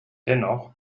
dennoch